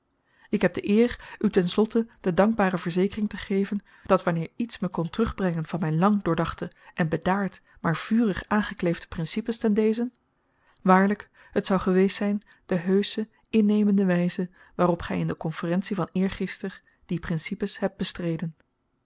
ik heb de eer u ten slotte de dankbare verzekering te geven dat wanneer iets me kon terugbrengen van myn lang doordachte en bedaard maar vurig aangekleefde principes ten dezen waarlyk het zou geweest zyn de heusche innemende wyze waarop gy in de konferentie van eergister die principes hebt bestreden